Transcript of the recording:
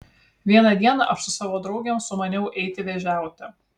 vieną dieną aš su savo draugėm sumaniau eiti vėžiauti